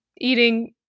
eating